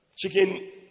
chicken